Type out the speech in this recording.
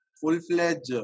full-fledged